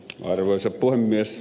arvoisa puhemies